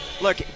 Look